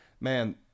man